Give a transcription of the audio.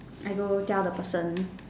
I go tell the person